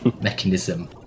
mechanism